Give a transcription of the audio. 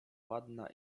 ładna